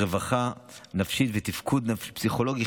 רווחה נפשית ותפקוד פסיכולוגי,